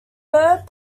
third